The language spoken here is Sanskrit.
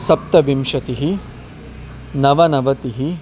सप्तविंशतिः नवनवतिः